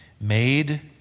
Made